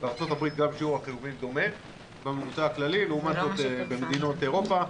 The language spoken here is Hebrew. בארצות הברית גם שיעור החיוביים דומה בממוצע הכללי לעומת מדינות אירופה,